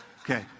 okay